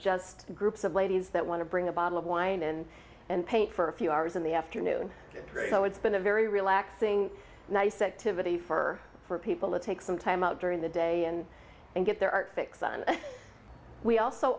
just groups of ladies that want to bring a bottle of wine in and paint for a few hours in the afternoon so it's been a very relaxing nicette to vittie for for people to take some time out during the day in and get their arctic sun we also